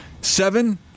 seven